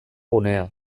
gunea